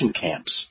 camps